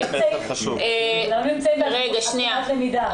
כולם נמצאים בעקומת למידה.